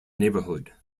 neighborhood